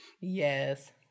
Yes